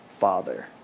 Father